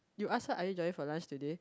you ask her are you joining for lunch today